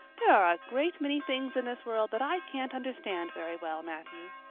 there are a great many things in this world that i can't understand very well, matthew.